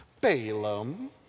Balaam